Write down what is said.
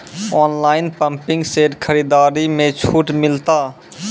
Online pumping set खरीदारी मे छूट मिलता?